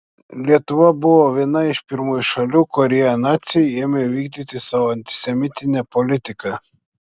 lietuva buvo viena iš pirmųjų šalių kurioje naciai ėmė vykdyti savo antisemitinę politiką